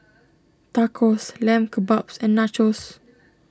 Tacos Lamb Kebabs and Nachos